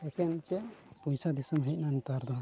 ᱮᱠᱮᱱ ᱪᱮᱫ ᱯᱚᱭᱥᱟ ᱫᱤᱥᱚᱢ ᱦᱮᱡᱱᱟ ᱱᱮᱛᱟᱨ ᱫᱚ